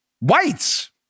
whites